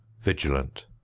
vigilant